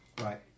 Right